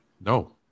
No